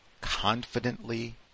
confidently